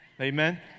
Amen